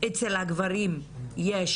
אצל הגברים יש